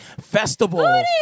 Festival